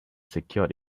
secured